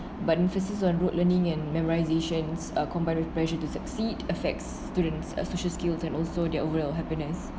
but emphasis on rote learning and memorisations uh combine with pressure to succeed affects students' uh social skills and also their overall happiness